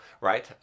right